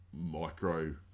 micro